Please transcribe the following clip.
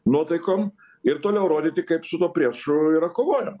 nuotaikom ir toliau rodyti kaip su tuo priešu yra kovojama